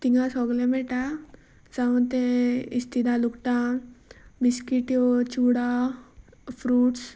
थंय सगलें मेळटा जावं तें इस्तिदा लुगटां बिस्किट्यो चुवडा फ्रुट्स